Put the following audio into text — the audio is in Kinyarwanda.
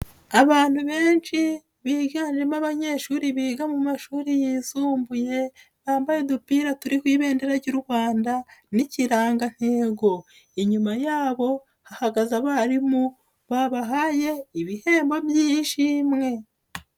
Abantu benshi biganjemo abanyeshuri biga mu mashuri yisumbuye, bambaye udupira turiho ibendera ry'u Rwanda n'ikirangantego. Inyuma yabo hahagaze abarimu babahaye ibihembo by'ishimwe.